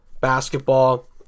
basketball